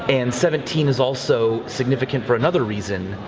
and seventeen is also significant for another reason.